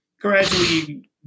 gradually